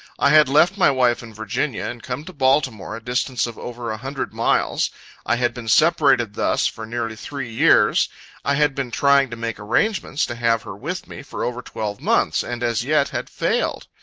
i had left my wife in virginia, and come to baltimore, a distance of over a hundred miles i had been separated thus for nearly three years i had been trying to make arrangements to have her with me, for over twelve months, and as yet had failed.